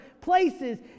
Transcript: places